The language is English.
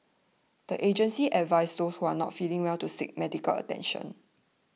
the agency advised those who are not feeling well to seek medical attention